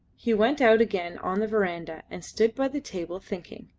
he went out again on the verandah and stood by the table thinking.